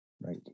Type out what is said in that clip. Right